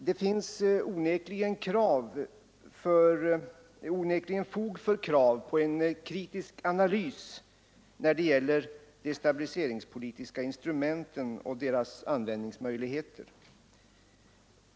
Det finns onekligen fog för krav på kritisk analys när det gäller de stabiliseringspolitiska instrumenten och deras användningsmöjligheter.